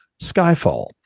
Skyfall